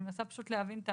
אני מנסה פשוט להבין את